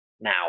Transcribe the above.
now